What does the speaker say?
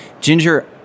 Ginger